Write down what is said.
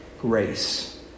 Grace